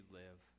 live